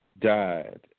died